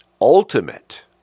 ultimate